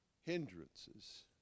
hindrances